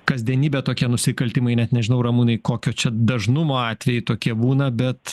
kasdienybė tokie nusikaltimai net nežinau ramūnai kokio čia dažnumo atvejai tokie būna bet